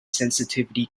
sensitivity